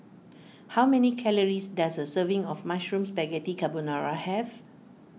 how many calories does a serving of Mushroom Spaghetti Carbonara have